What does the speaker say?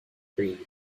three